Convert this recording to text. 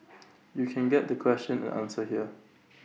you can get the question and answer here